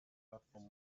plattform